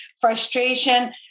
frustration